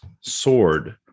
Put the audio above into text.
sword